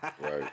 right